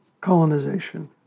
colonization